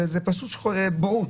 זה פשוט בורות,